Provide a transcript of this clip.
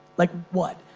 like, what?